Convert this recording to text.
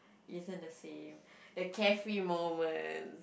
isn't the same the carefree moment